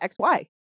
XY